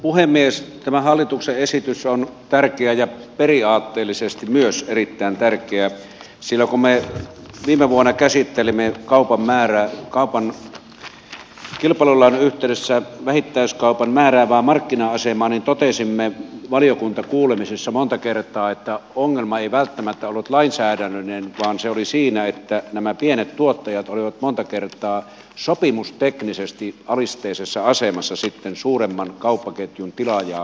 tämä hallituksen esitys on tärkeä ja myös periaatteellisesti erittäin tärkeä sillä kun me viime vuonna käsittelimme kilpailulain yhteydessä vähittäiskaupan määräävää markkina asemaa niin totesimme valiokuntakuulemisessa monta kertaa että ongelma ei välttämättä ollut lainsäädännöllinen vaan se oli siinä että nämä pienet tuottajat olivat monta kertaa sopimusteknisesti alisteisessa asemassa suuremman kauppaketjun tilaajaa kohtaan